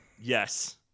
Yes